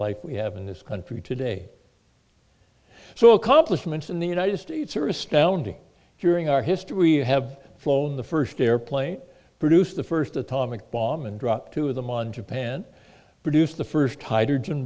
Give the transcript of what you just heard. life we have in this country today so accomplishments in the united states are astounding during our history have flown the first airplane produced the first atomic bomb and dropped two of them on japan produced the first hydrogen